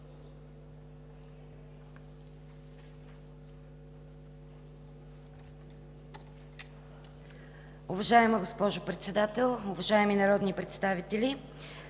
Уважаема госпожо Председател, уважаеми народни представители,